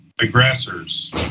aggressors